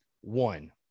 one